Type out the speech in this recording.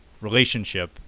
relationship